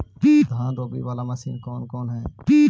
धान रोपी बाला मशिन कौन कौन है?